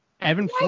Evan